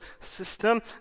system